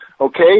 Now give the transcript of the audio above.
Okay